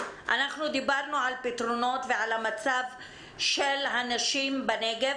אנחנו דיברנו על פתרונות ועל המצב של הנשים בנגב,